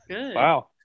wow